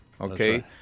Okay